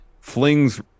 flings